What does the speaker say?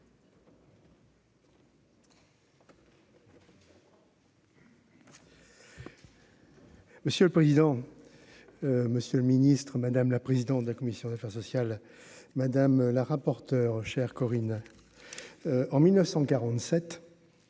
Monsieur le président, Monsieur le Ministre, madame la présidente de la commission affaires sociales madame la rapporteure chers Corinne en 1947